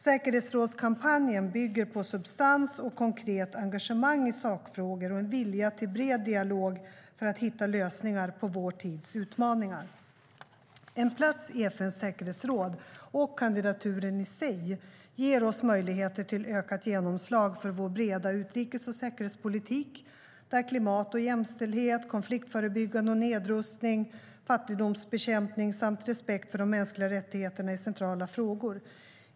Säkerhetsrådskampanjen bygger på substans och konkret engagemang i sakfrågor och en vilja till bred dialog för att hitta lösningar på vår tids utmaningar. En plats i FN:s säkerhetsråd - och kandidaturen i sig - ger oss möjligheter till ökat genomslag för vår breda utrikes och säkerhetspolitik, där klimat och jämställdhet, konfliktförebyggande och nedrustning, fattigdomsbekämpning samt respekt för de mänskliga rättigheterna är centrala frågor.